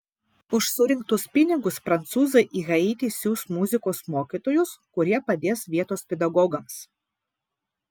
už surinktus pinigus prancūzai į haitį siųs muzikos mokytojus kurie padės vietos pedagogams